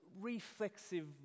reflexive